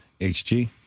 HG